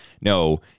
no